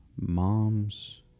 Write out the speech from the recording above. mom's